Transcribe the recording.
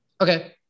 okay